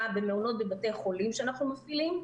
במעונות בבתי חולים שאנחנו מפעילים,